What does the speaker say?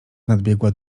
nadbiegła